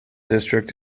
district